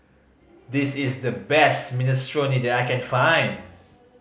this is the best Minestrone that I can find